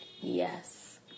Yes